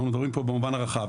אנחנו מדברים פה במובן הרחב,